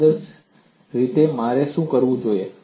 આદર્શ રીતે મારે શું કરવું જોઈએ